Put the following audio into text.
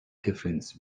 difference